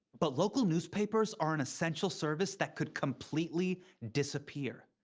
but local newspapers are an essential service that could completely disappear.